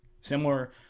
Similar